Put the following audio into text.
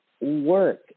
work